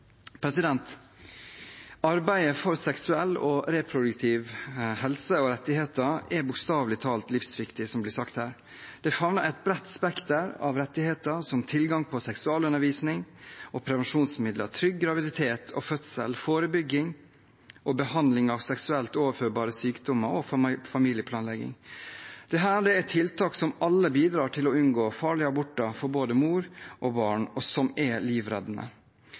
Arbeidet for seksuell og reproduktiv helse og rettigheter er bokstavelig talt livsviktig, som det blir sagt her. Det favner et bredt spekter av rettigheter, som tilgang på seksualundervisning og prevensjonsmidler, trygg graviditet og fødsel, forebygging og behandling av seksuelt overførbare sykdommer, og familieplanlegging. Dette er tiltak som alle bidrar til å unngå farlige aborter for både mor og barn, og som er livreddende.